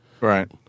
Right